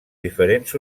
diferents